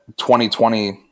2020